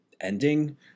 ending